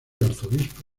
arzobispo